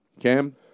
Cam